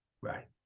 Right